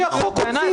בעיניי,